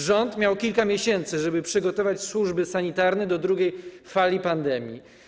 Rząd miał kilka miesięcy, żeby przygotować służby sanitarne do drugiej fali pandemii.